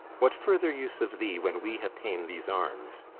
what further use of thee, when we have ta'en these arms?